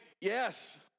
Yes